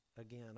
again